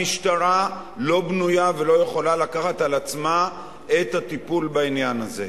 המשטרה לא בנויה ולא יכולה לקחת על עצמה את הטיפול בעניין הזה.